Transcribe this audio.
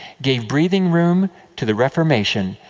gave breathing room to the reformation,